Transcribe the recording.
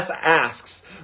asks